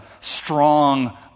strong